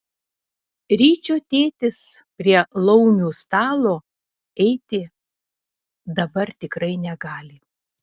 ryčio tėtis prie laumių stalo eiti dabar tikrai negali